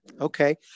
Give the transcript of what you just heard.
Okay